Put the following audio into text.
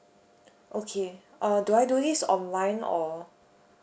okay err do I do this online or